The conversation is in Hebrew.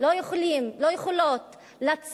לא יכולות לצאת,